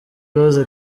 rose